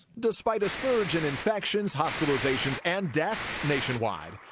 despite a surge in infections, hospitalizations and deaths nationwide,